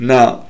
Now